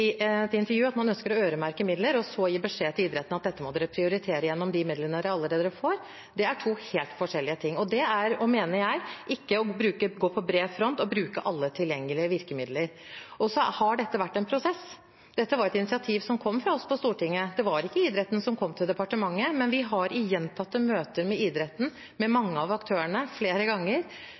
et intervju at man ønsker å øremerke midler, og så gi beskjed til idretten om at dette må de prioritere gjennom de midlene de allerede får, er to helt forskjellige ting. Det er, mener jeg, ikke å gå på bred front og bruke alle tilgjengelige virkemidler. Dette har vært en prosess. Dette var et initiativ som kom fra oss på Stortinget, det var ikke idretten som kom til departementet, men vi har i gjentatte møter med idretten, med mange av aktørene, flere ganger,